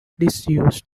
disused